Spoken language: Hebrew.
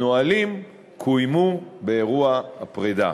הנהלים קוימו באירוע הפרידה.